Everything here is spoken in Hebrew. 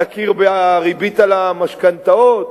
תכיר בריבית על המשכנתאות.